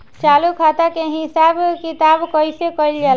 चालू खाता के हिसाब किताब कइसे कइल जाला?